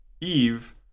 Eve